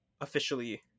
officially